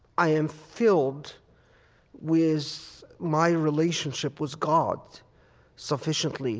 i am filled with my relationship with god sufficiently